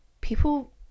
people